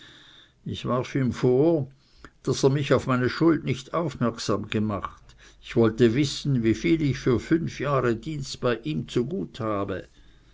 ich warf ihm vor daß er mich auf meine schuld nicht aufmerksam gemacht und wollte wissen wie viel ich für fünf jahre dienst bei ihm zu gut habe